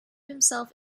himself